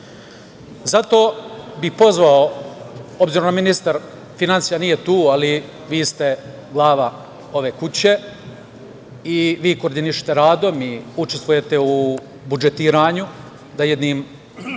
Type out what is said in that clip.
Zato bih pozvao, obzirom da Ministar finansija nije tu, ali vi ste glava ove kuće i vi koordinišete radom i učestvujete u budžetiranju, da jednim